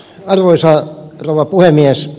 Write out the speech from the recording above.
arvoisa rouva puhemies